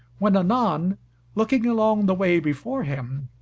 when anon, looking along the way before him,